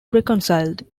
reconciled